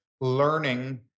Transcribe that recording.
learning